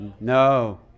no